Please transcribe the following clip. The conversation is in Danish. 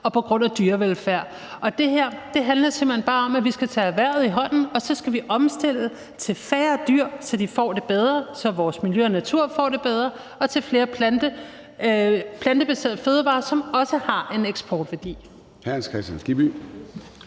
og på grund af dyrevelfærd. Det her handler simpelt hen bare om, at vi skal tage erhvervet i hånden, og så skal vi omstille til færre dyr, så de får det bedre, og så vores miljø og natur får det bedre, og til flere plantebaserede fødevarer, som også har en eksportværdi. Kl. 21:03 Formanden